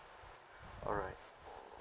alright